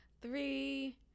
Three